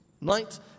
night